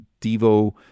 Devo